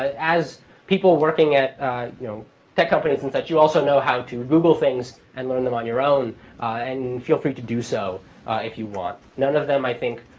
as people working at you know tech companies and such, you also know how to google things and learn them on your own. and feel free to do so if you want. none of them, i think,